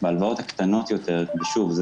בהלוואות הקטנות יותר ושוב,